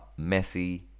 Messi